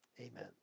Amen